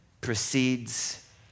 precedes